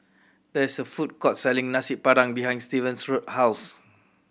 there is a food court selling Nasi Padang behind Stevan's Road house